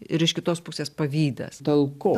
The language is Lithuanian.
ir iš kitos pusės pavydas talkų